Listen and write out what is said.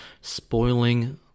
spoiling